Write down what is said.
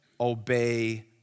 obey